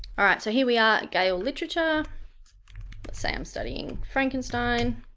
alright so here we are gale literature let's say i'm studying frankenstein,